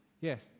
Yes